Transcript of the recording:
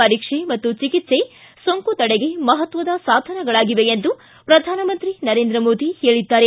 ಪರೀಕ್ಷೆ ಮತ್ತು ಚಿಕಿತ್ಸೆ ಸೋಂಕು ತಡೆಗೆ ಮಹತ್ವದ ಸಾಧನಗಳಾಗಿವೆ ಎಂದು ಪ್ರಧಾನಮಂತ್ರಿ ನರೇಂದ್ರ ಮೋದಿ ಹೇಳಿದ್ದಾರೆ